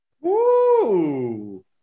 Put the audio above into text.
Woo